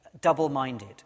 double-minded